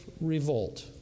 revolt